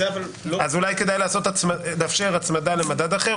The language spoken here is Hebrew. אז אולי כדאי לאפשר הצמדה למדד אחר?